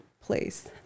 place